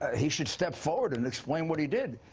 ah he should step forward and explain what he did.